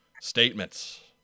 statements